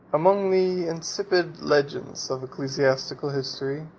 among the insipid legends of ecclesiastical history,